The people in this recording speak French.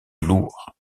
lourd